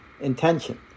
intention